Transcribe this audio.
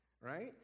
right